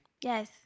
Yes